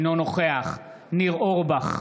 אינו נוכח ניר אורבך,